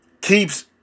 keeps